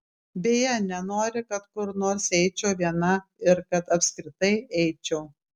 beje nenori kad kur nors eičiau viena ir kad apskritai eičiau